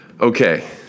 Okay